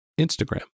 Instagram